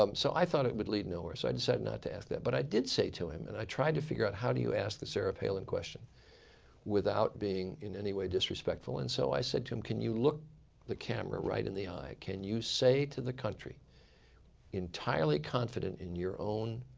um so i thought it would lead nowhere. so i decided not to ask that. but i did say to him and i tried to figure out how do you ask the sarah palin question without being in any way disrespectful. and so i said to him, can you look the camera right in the eye? can you say to the country entirely confident in your own